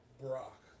Brock